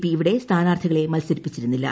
P ഇവിടെ സ്ഥാനാർത്ഥികളെ മത്സരിപ്പിച്ചിരുന്നില്ല